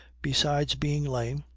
besides being lame,